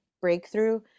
breakthrough